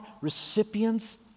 recipients